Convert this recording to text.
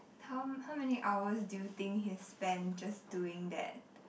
how how many hours do you think he's spend just doing that